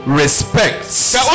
respects